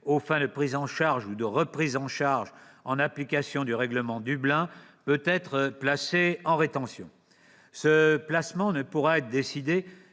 aux fins de prise en charge ou de reprise en charge en application du règlement Dublin peut être placé en rétention. Ce placement ne pourra être décidé